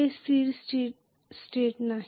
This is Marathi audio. ते स्थिर स्टेट नाही